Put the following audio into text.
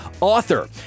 author